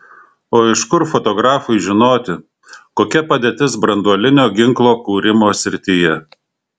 o iš kur fotografui žinoti kokia padėtis branduolinio ginklo kūrimo srityje